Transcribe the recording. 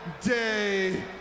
day